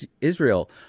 Israel